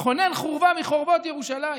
לכונן חורבה מחורבות ירושלים.